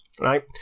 right